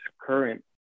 current